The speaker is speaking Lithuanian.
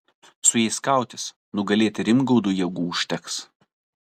su jais kautis nugalėti rimgaudui jėgų užteks